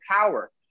power